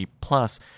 plus